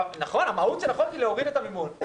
נכון, המהות של החוק היא להוריד את המימון.